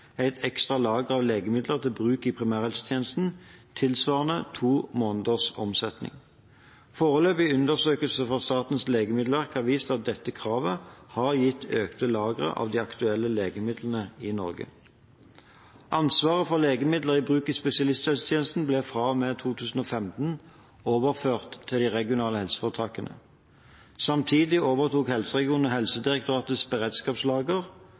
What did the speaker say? et ekstra lager av legemidler til bruk i primærhelsetjenesten, tilsvarende to måneders omsetning. Foreløpige undersøkelser fra Statens legemiddelverk har vist at dette kravet har gitt økte lagerbeholdninger av de aktuelle legemidlene i Norge. Ansvaret for legemidler til bruk i spesialisthelsetjenesten ble fra og med 2015 overført til de regionale helseforetakene. Samtidig overtok helseregionene Helsedirektoratets beredskapslager,